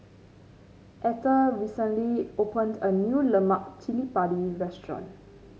etter recently opened a new Lemak Cili Padi restaurant